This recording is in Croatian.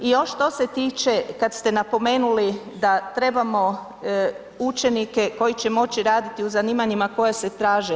I još što se tiče kad ste napomenuli da trebamo učenike koji će moći raditi u zanimanjima koja se traže.